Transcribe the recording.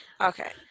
Okay